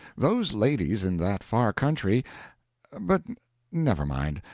those ladies in that far country but never mind,